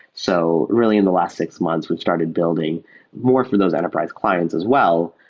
so really, in the last six months, we've started building more for those enterprise clients as well.